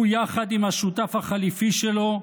הוא, יחד עם השותף החליפי שלו,